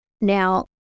Now